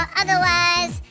otherwise